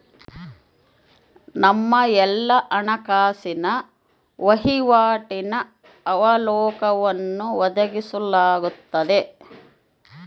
ನಮ್ಮ ಎಲ್ಲಾ ಹಣಕಾಸಿನ ವಹಿವಾಟಿನ ಅವಲೋಕನವನ್ನು ಒದಗಿಸಲಾಗ್ತದ